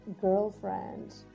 girlfriend